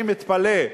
אני מתפלא.